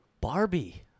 barbie